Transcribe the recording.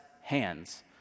hands